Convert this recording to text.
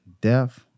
death